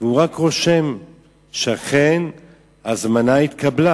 והוא רק רושם שאכן ההזמנה התקבלה,